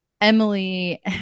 Emily